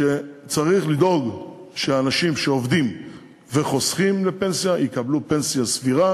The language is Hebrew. צריך לדאוג שאנשים שעובדים וחוסכים לפנסיה יקבלו פנסיה סבירה,